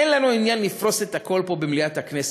אין לנו עניין לפרוס את הכול פה במליאת הכנסת,